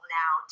now